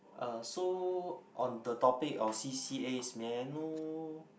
uh so on the topic of c_c_as may I know